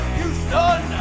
Houston